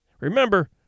Remember